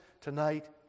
tonight